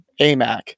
AMAC